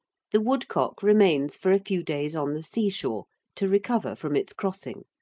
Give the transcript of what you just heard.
the woodcock remains for a few days on the seashore to recover from its crossing,